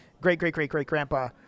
great-great-great-great-grandpa